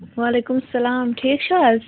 وعلیکُم السلام ٹھیٖک چھُو حظ